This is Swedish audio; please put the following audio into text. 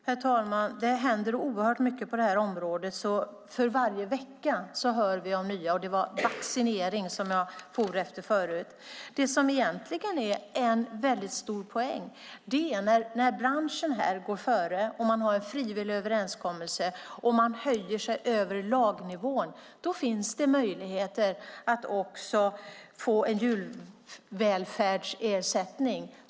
Herr talman! Det händer oerhört mycket på det här området. Varje vecka hör vi om nya saker. Det var förresten vaccinering som jag for efter förut. Det som egentligen är en stor poäng är när branschen går före och man har en frivillig överenskommelse och höjer sig över lagnivån. Då finns det möjligheter att också få en djurvälfärdsersättning.